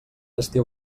estiu